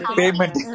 payment